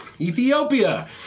Ethiopia